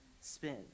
spin